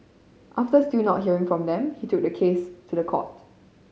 after still not hearing from them he took the case to the court